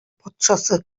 патшасы